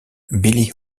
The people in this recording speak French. billie